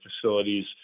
facilities